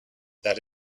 that